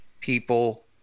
people